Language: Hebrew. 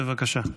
בבקשה.